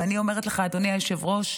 ואני אומרת לך אדוני היושב-ראש,